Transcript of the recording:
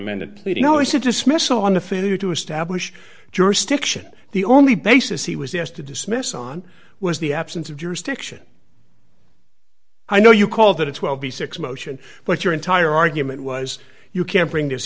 amended pleading always a dismissal on a failure to establish jurisdiction the only basis he was asked to dismiss on was the absence of jurisdiction i know you call that it's well b six motion but your entire argument was you can't bring t